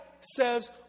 says